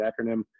acronym